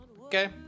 okay